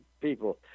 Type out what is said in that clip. people